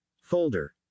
Folder